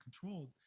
controlled